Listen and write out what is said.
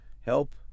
help